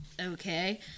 okay